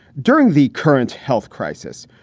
during the current health crisis,